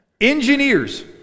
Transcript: Engineers